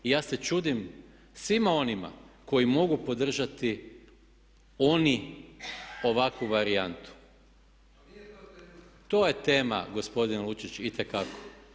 Ja se čudim svima onima koji mogu podržati oni ovakvu varijantu. … [[Upadica se ne razumije.]] To je tema, gospodine Lučić, itekako.